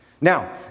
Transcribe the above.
Now